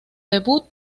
debut